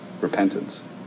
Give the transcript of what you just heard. repentance